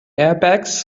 airbags